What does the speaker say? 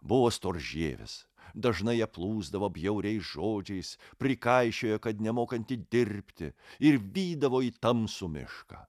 buvo storžievis dažnai ją plūsdavo bjauriais žodžiais prikaišiojo kad nemokanti dirbti ir vydavo į tamsų mišką